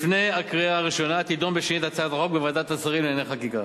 לפני הקריאה הראשונה תדון בשנית בהצעת החוק בוועדת השרים לענייני חקיקה,